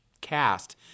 cast